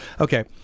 Okay